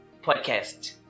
Podcast